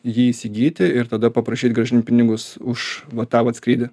jį įsigyti ir tada paprašyt grąžint pinigus už va tą vat skrydį